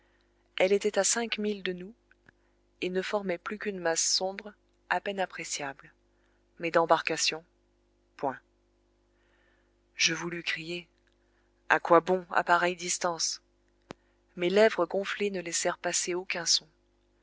elle était à cinq mille de nous et ne formait plus qu'une masse sombre à peine appréciable mais d'embarcations point je voulus crier a quoi bon à pareille distance mes lèvres gonflées ne laissèrent passer aucun son